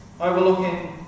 overlooking